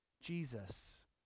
Jesus